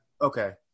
Okay